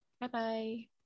Bye-bye